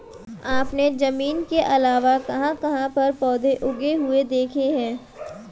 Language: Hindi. आपने जमीन के अलावा कहाँ कहाँ पर पौधे उगे हुए देखे हैं?